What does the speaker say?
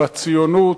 בציונות,